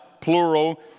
plural